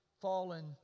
fallen